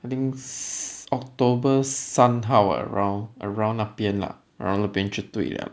I think s~ october sun tower around around 那边 lah around 那边就对了